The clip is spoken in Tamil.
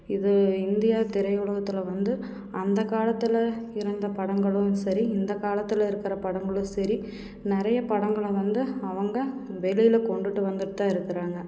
இது இந்திய திரையுலகத்தில் வந்து அந்தக்காலத்தில் இருந்த படங்களும் சரி இந்தக்காலத்தில் இருக்கிற படங்களும் சரி நிறைய படங்களை வந்து அவங்க வெளியில் கொண்டுட்டு வந்துகிட்டு தான் இருக்கிறாங்க